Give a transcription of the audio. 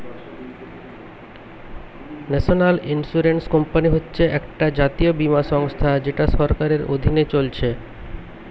national Insurance Company হচ্ছে একটা জাতীয় বীমা সংস্থা যেটা সরকারের অধীনে চলছে